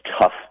tough